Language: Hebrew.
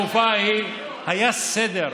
אז אני רוצה להגיד לך שבתקופה ההיא היה סדר.